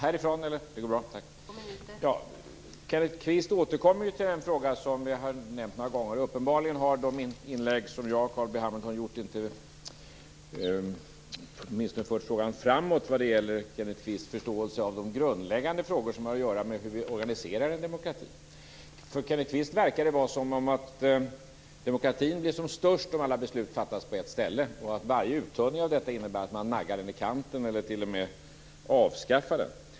Fru talman! Kenneth Kvist återkommer till den fråga som vi har nämnt några gånger. Uppenbarligen har de inlägg som jag och Carl B Hamilton gjort inte fört frågan framåt vad gäller Kenneth Kvists förståelse av de grundläggande frågor som har att göra med hur vi organiserar en demokrati. För Kenneth Kvist verkar det vara så att demokratin blir som störst om alla beslut fattas på ett ställe och att varje uttunning av detta innebär att man naggar den i kanten eller t.o.m. avskaffar den.